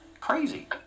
crazy